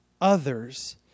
others